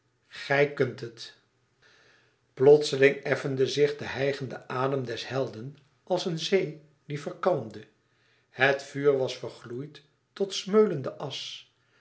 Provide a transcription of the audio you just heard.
gij kùnt het plotseling effende zich de hijgende adem des helden als een zee die verkalmde het vuur was vergloeid tot smeulende asch